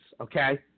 okay